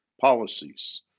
policies